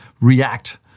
react